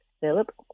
Philip